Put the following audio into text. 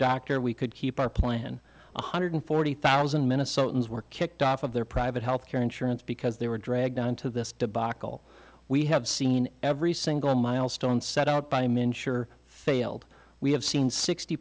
doctor we could keep our plan one hundred forty thousand minnesotans were kicked off of their private health care insurance because they were dragged into this debacle we have seen every single milestone set out by him insure failed we have seen sixty